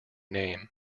name